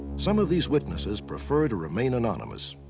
some of these witnesses prefer to remain anonymous.